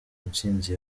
ntsinzi